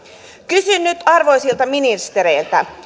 kysyn nyt arvoisilta ministereiltä